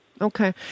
Okay